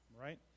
right